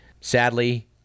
sadly